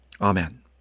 Amen